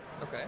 Okay